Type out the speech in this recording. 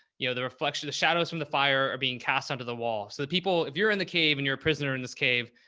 you know, the reflection of shadows from the fire are being cast onto the wall. so the people, if you're in the cave and you're a prisoner in this cave,